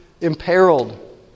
imperiled